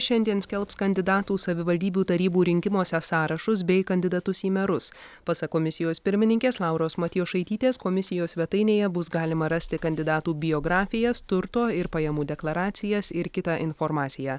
šiandien skelbs kandidatų savivaldybių tarybų rinkimuose sąrašus bei kandidatus į merus pasak komisijos pirmininkės lauros matjošaitytės komisijos svetainėje bus galima rasti kandidatų biografijas turto ir pajamų deklaracijas ir kitą informaciją